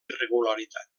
irregularitat